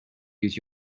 use